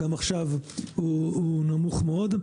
גם עכשיו הוא נמוך מאוד,